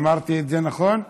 אמרתי את זה נכון?